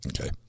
Okay